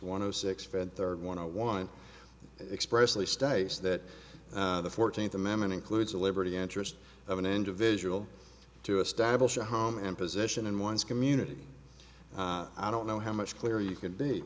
one of six fred third one one expressly states that the fourteenth amendment includes the liberty interest of an individual to establish a home and position in one's community i don't know how much clearer you can be